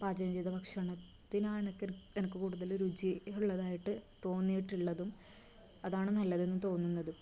പാചകം ചെയ്ത ഭക്ഷണത്തിനാണ് എനിക്ക് കൂടുതല് രുചി ഉള്ളതായിട്ട് തോന്നിയിട്ടുള്ളതും അതാണ് നല്ലതെന്ന് തോന്നുന്നതും